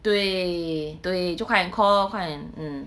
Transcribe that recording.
对对就开点 call lor 快点 mm